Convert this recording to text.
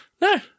No